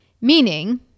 meaning